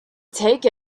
take